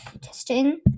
testing